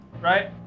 Right